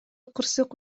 кырсык